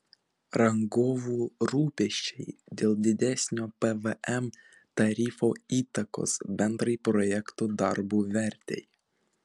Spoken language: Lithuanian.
rangovų rūpesčiai dėl didesnio pvm tarifo įtakos bendrai projektų darbų vertei